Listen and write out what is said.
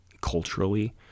culturally